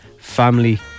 family